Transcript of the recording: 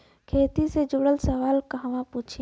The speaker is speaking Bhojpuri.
खेती से जुड़ल सवाल कहवा पूछी?